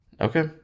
Okay